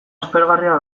aspergarria